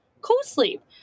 co-sleep